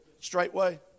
Straightway